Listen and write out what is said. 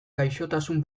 gaixotasun